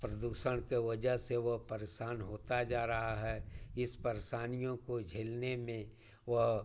प्रदूषण की वजह से वह परेशान होता जा रहा है इन परेशानियों को झेलने में वह